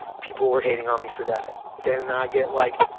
people were hating on me for that. then and i get, like,